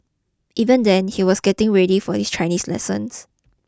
even then he was getting ready for his Chinese lessons